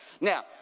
now